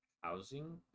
housing